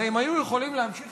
הרי הם היו יכולים להמשיך